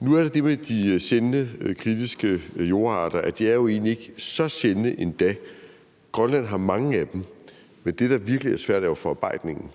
Nu er der det med de kritiske, sjældne jordarter, at de jo egentlig ikke er så sjældne endda. Grønland har mange af dem. Men det, der virkelig er svært, er jo forarbejdningen,